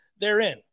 therein